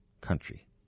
country